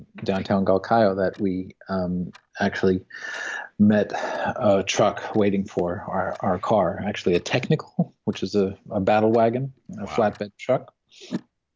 downtown galkayo that we um actually met a truck waiting for our our car. actually a technical, which is a a battlewagon, a flatbed truck,